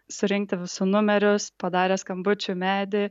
surinkti visų numerius padarė skambučių medį